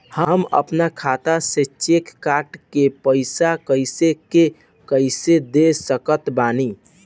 हम अपना खाता से चेक काट के पैसा कोई के कैसे दे सकत बानी?